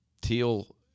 teal